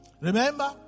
Remember